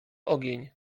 ogień